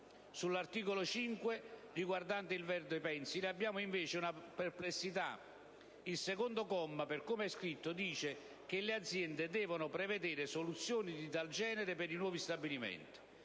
Sull'articolo 5, riguardante il verde pensile, abbiamo invece una perplessità: il secondo comma, per come è scritto, afferma che le aziende «devono prevedere il ricorso a soluzioni» di tal genere per i nuovi stabilimenti.